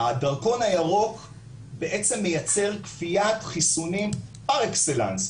הדרכון הירוק בעצם מייצר כפיית חיסונים פר-אקסלנס,